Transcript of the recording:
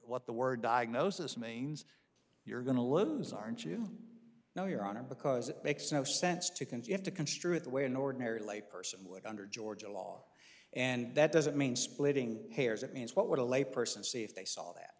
what the word diagnosis means you're going to lose aren't you know your honor because it makes no sense to conceive to construe it the way an ordinary lay person would under georgia law and that doesn't mean splitting hairs it means what would a layperson see if they saw that